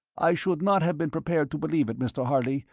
i should not have been prepared to believe it, mr. harley,